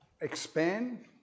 expand